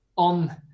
On